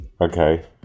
okay